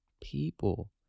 people